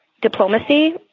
diplomacy